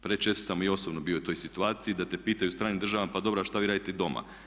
Prečesto sam i osobno bio u toj situaciji da te pitaju u stranim državama pa dobro a šta vi radite doma?